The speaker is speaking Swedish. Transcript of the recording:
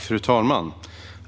Fru talman!